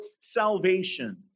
salvation